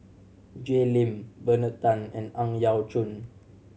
Jay Lim Bernard Tan and Ang Yau Choon